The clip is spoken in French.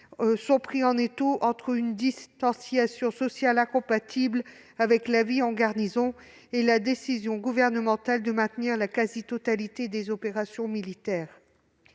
sont pris en étau entre une distanciation sociale incompatible avec la vie en garnison et la décision gouvernementale de maintenir la quasi-totalité des opérations militaires.